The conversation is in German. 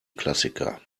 klassiker